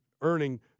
earning